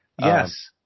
Yes